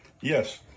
Yes